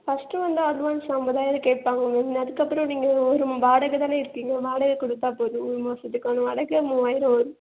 first வந்து advance ஐம்பதாயிரம் கேட்பாங்க மேம் அதற்கப்பறம் நீங்கள் ஒரு வாடக தான இருப்பீங்க வாடகை கொடுத்தா போதும் மூணு வருஷத்துக்கான வாடகை மூவாயிரம் வரும்